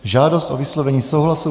Žádost o vyslovení souhlasu